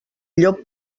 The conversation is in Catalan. llop